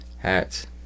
hats